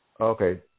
Okay